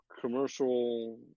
commercial